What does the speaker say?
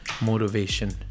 motivation